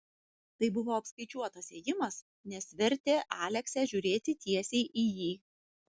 tai buvo apskaičiuotas ėjimas nes vertė aleksę žiūrėti tiesiai į jį